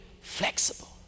flexible